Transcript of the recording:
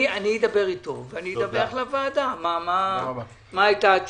אדבר אתו ואדווח לוועדה מה התשובה.